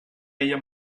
ella